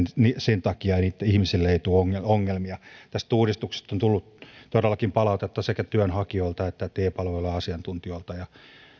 toimivat sen takia ettei ihmisille tule ongelmia tästä uudistuksesta on tullut todellakin palautetta sekä työnhakijoilta että te palveluiden asiantuntijoilta